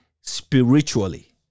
spiritually